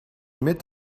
mit